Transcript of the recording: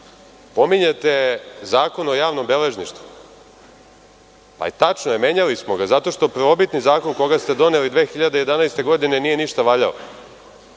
upoznaju. Pominjete Zakon o javnom beležništvu. Pa tačno je, menjali smo ga. Zato što prvobitni zakon koga ste doneli 2011. godine nije ništa valjao.